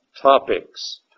topics